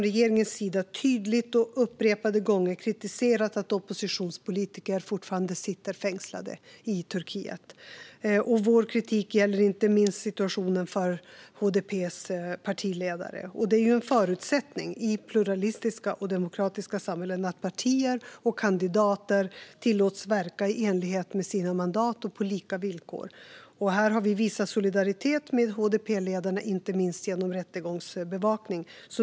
Regeringen ha upprepade gånger tydligt kritiserat att oppositionspolitiker i Turkiet fortfarande sitter fängslade. Vår kritik gäller inte minst situationen för HDP:s partiledare. En förutsättning i pluralistiska och demokratiska samhällen är att partier och kandidater tillåts verka i enlighet med sina mandat och på lika villkor. Vi har visat solidaritet med HDP-ledarna, inte minst genom rättegångsbevakning.